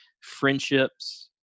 friendships